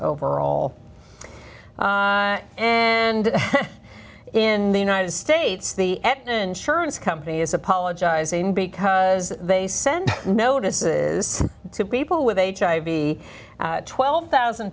overall and in the united states the insurance company is apologizing because they send notices to people with hiv be twelve thousand